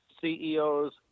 CEOs